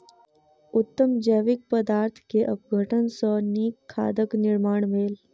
उत्तम जैविक पदार्थ के अपघटन सॅ नीक खादक निर्माण भेल